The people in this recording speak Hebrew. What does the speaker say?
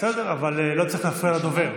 בסדר, אבל לא צריך להפריע לדובר.